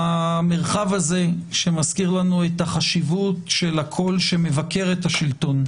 במרחב הזה שמזכיר לנו את החשיבות של הקול שמבקר את השלטון,